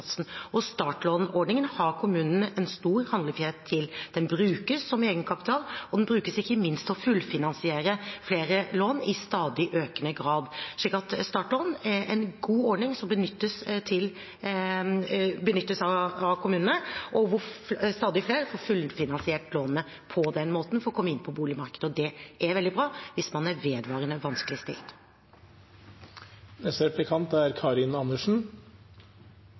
startlånordningen, har kommunene stor handlefrihet. Den brukes som egenkapital, og den brukes ikke minst til å fullfinansiere flere lån i stadig økende grad. Startlån er en god ordning som benyttes av kommunene, og stadig flere får fullfinansiert lån på den måten for å komme inn på boligmarkedet. Det er veldig bra hvis man er vedvarende vanskeligstilt. Det vi vet, er